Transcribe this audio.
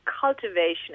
cultivation